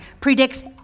predicts